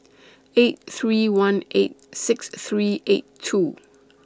eight three one eight six three eight two